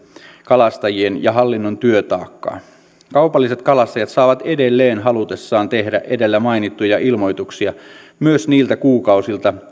kalastajien ja hallinnon työtaakkaa kaupalliset kalastajat saavat edelleen halutessaan tehdä edellä mainittuja ilmoituksia myös niiltä kuukausilta